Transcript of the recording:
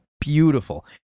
beautiful